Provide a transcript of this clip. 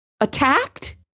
Attacked